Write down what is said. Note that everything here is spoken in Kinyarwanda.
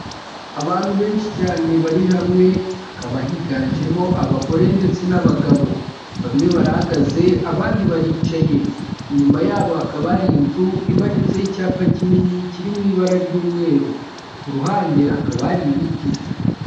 Abantu benshi cyane bari hamwe, hakaba higanjemo abagore ndetse n'abagabo. Bamwe barahagaze abandi baricaye. Inyuma yabo hakaba hari inzu imanitseho icyapa kinini kiri mu ibara ry'umweru. Ku ruhande hakaba hari ibiti.